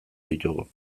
ditugu